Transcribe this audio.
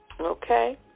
okay